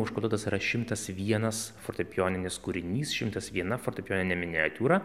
užkoduotas yra šimtas vianas fortepijoninis kūrinys šimtas viana fortepijoninė miniatiūra